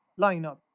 lineup